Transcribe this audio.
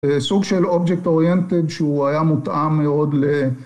סוג של אובייקט אוריינטד שהוא היה מותאם מאוד ל...